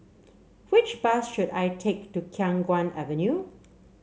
which bus should I take to Khiang Guan Avenue